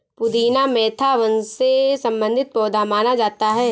पुदीना मेंथा वंश से संबंधित पौधा माना जाता है